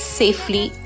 safely